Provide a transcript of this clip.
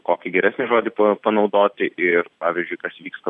kokį geresnį žodį pa panaudoti ir pavyzdžiui kas vyksta